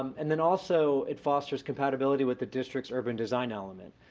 and then also it fosters compatibility with the district's urban design element.